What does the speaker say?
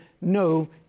no